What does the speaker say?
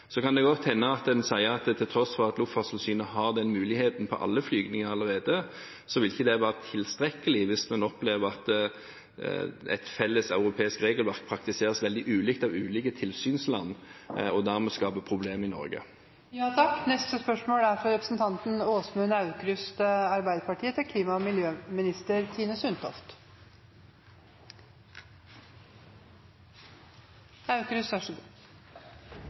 Så kan det godt hende at en sier at til tross for at Luftfartstilsynet har den muligheten på alle flygninger allerede, vil ikke det være tilstrekkelig hvis en opplever at et felles europeisk regelverk praktiseres veldig ulikt av ulike tilsynsland, og dermed skaper problemer i Norge. Dette spørsmålet er utsatt til neste spørretime, da utenriksministeren er bortreist. Dette spørsmålet er utsatt til